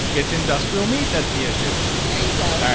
it's industrial meat that's the issue there you go.